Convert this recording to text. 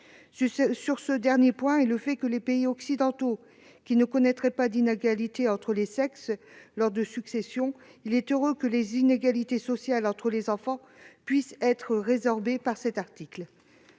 Sur ce dernier point, et sur le fait que les pays occidentaux ne connaîtraient pas d'inégalités entre les sexes lors des successions, il est heureux que les inégalités sociales entre les enfants puissent être résorbées par ce mécanisme.